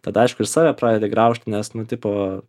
tada aišku ir save pradedi graužt nes nu tipo